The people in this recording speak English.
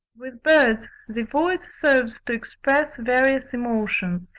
with birds the voice serves to express various emotions,